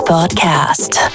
Podcast